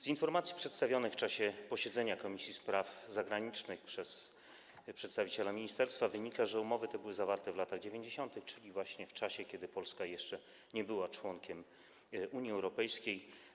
Z informacji przedstawionych w czasie posiedzenia Komisji Spraw Zagranicznych przez przedstawiciela ministerstwa wynika, że umowy te były zawarte w latach 90., czyli właśnie w czasie, kiedy Polska jeszcze nie była członkiem Unii Europejskiej.